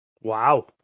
Wow